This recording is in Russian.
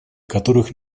которых